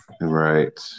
Right